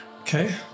Okay